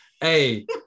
Hey